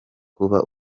kuba